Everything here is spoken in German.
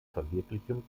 verwirklichung